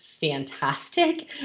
fantastic